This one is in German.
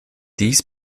dies